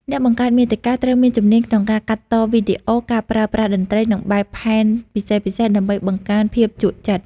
អ្នកបង្កើតមាតិកាត្រូវមានជំនាញក្នុងការកាត់តវីដេអូ ដោយប្រើប្រាស់តន្ត្រី និងបែបផែនពិសេសៗដើម្បីបង្កើនភាពជក់ចិត្ត។